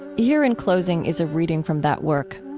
here in closing is a reading from that work